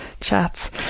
chats